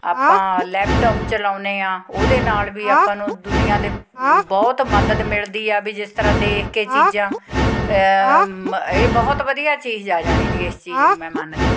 ਆਪਾਂ ਲੈਪਟੋਪ ਚਲਾਉਂਦੇ ਹਾਂ ਉਹਦੇ ਨਾਲ ਵੀ ਆਪਾਂ ਨੂੰ ਦੁਨੀਆ ਦੇ ਬਹੁਤ ਮਦਦ ਮਿਲਦੀ ਆ ਵੀ ਜਿਸ ਤਰ੍ਹਾਂ ਦੇਖ ਕੇ ਚੀਜ਼ਾਂ ਮ ਇਹ ਬਹੁਤ ਵਧੀਆ ਚੀਜ਼ ਆ ਜਾਣੀ ਦੀ ਇਸ ਚੀਜ਼ ਨੂੰ ਮੈਂ ਮੰਨਦੀ